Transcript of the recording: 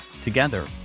Together